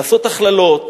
לעשות הכללות,